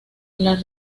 las